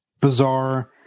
bizarre